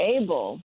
able